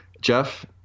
Jeff